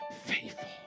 faithful